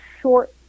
short